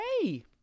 hey